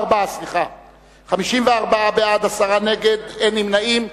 54 בעד, עשרה נגד, אין נמנעים.